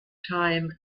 time